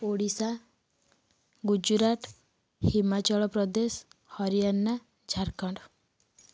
Odia Gujarat Himachal Pradesh Haryana Jharkhand